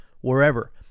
wherever